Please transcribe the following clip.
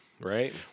Right